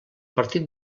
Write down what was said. partit